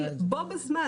בו בזמן,